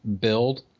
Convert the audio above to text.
build